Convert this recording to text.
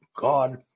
God